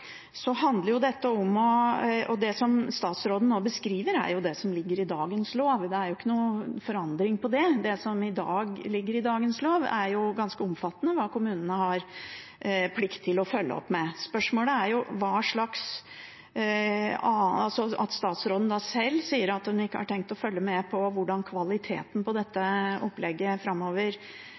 Det som statsråden nå beskriver, er jo det som ligger i dagens lov, det er ikke noen forandring på det. Etter det som ligger i dagens lov, er det ganske omfattende hva kommunene har plikt til å følge opp med. At statsråden sjøl sier at hun ikke har tenkt å følge med på hvordan kvaliteten på dette opplegget framover